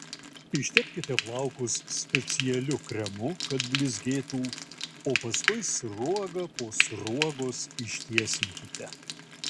ištepkite plaukus specialiu kremu kad blizgėtų o paskui sruoga po sruogos ištiesinkite